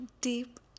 deep